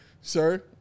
Sir